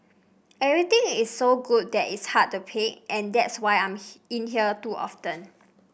everything is so good that it's hard to pick and that's why I'm in here too often